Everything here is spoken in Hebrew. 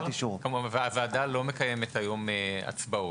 הוועדה לא מקיימת היום הצבעות.